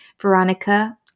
Veronica